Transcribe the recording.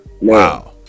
Wow